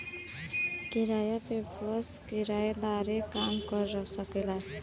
किराया पे बस किराएदारे काम कर सकेला